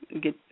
get